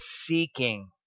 seeking